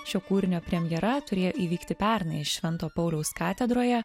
šio kūrinio premjera turėjo įvykti pernai švento pauliaus katedroje